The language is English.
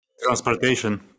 transportation